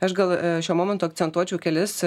aš gal šiuo momentu akcentuočiau kelis